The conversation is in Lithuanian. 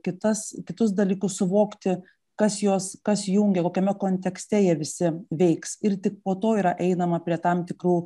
kitas kitus dalykus suvokti kas juos kas jungia kokiame kontekste jie visi veiks ir tik po to yra einama prie tam tikrų